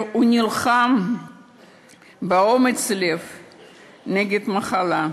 הוא נלחם באומץ לב במחלה.